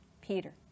Peter